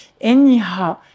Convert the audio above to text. Anyhow